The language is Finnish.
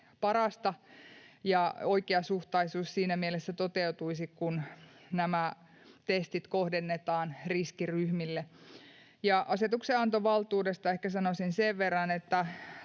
parasta ja oikeasuhtaisuus siinä mielessä toteutuisi, kun nämä testit kohdennetaan riskiryhmille. Asetuksenantovaltuudesta ehkä sanoisin sen verran, että